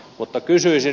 mutta kysyisin